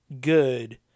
good